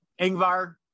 Ingvar